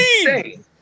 insane